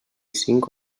cinc